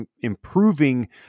improving